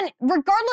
regardless